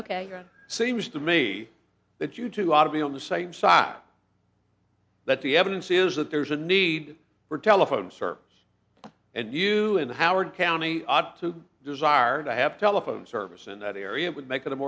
ok seems to me that you two ought to be on the same side that the evidence is that there's a need for telephone service and you and howard county ought to desire to have telephone service in that area it would make it a